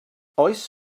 oes